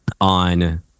on